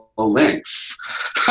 links